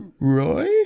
Roy